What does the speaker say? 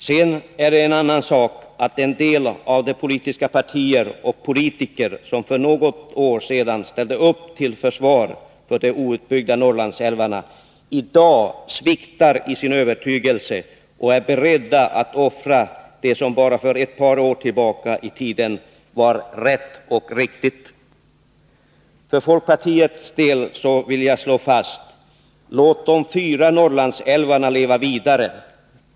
Sedan är det en annan sak att en del av de politiska partier och politiker som för något år sedan ställde upp till försvar för de outbyggda Norrlandsälvarna i dag sviktar i sin övertygelse och är beredda att offra det som för bara ett par år sedan var rätt och riktigt. För folkpartiets del vill jag slå fast: Låt de fyra Norrlandsälvarna leva vidare!